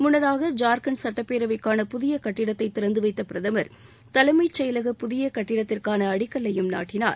முன்னதாக ஜயாக்கண்ட் சட்டப்பேரவைக்கான புதிய கட்டிடத்தை திறந்து வைத்த பிரதமர் தலைமம் செயலக புதிய கட்டிடத்திற்கான அடிக்கல்லையும் நாட்டினார்